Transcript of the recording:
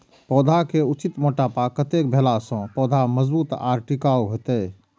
पौधा के उचित मोटापा कतेक भेला सौं पौधा मजबूत आर टिकाऊ हाएत?